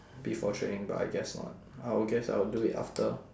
before training but I guess not I'll guess I will do it after